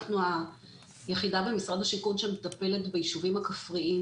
אנחנו היחידה במשרד השיכון שמטפלת ביישובים הכפריים